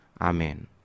Amen